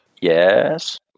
Yes